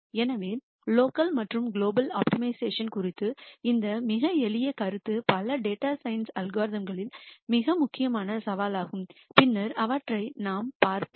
எனவே லோக்கல் மற்றும் global optimisation குறித்த இந்த மிக எளிய கருத்து பல டேட்டா சயின்ஸ் அல்காரிதம் களில் மிக முக்கியமான சவாலாகும் பின்னர் அவற்றைப் பார்ப்போம்